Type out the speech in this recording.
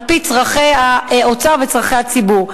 על-פי צורכי האוצר וצורכי הציבור.